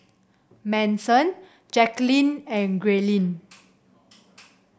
Manson Jacquelin and Grayling